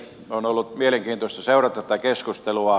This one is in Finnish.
on ollut mielenkiintoista seurata tätä keskustelua